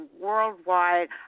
worldwide